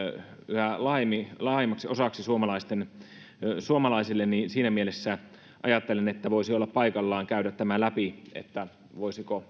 yhä laajemmaksi osaksi suomalaisille siinä mielessä ajattelen että voisi olla paikallaan käydä läpi voisiko